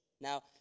Now